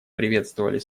приветствовали